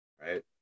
right